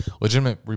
legitimate